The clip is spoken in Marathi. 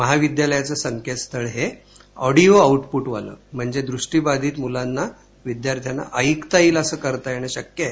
महाविद्यालयाचं संकेतस्थळ हे ऑडियो आऊटपुटवालं म्हणजे दृष्टीबाधित मुलांना विद्यार्थ्यांना ऐकता येईल असं करता येणं शक्य आहे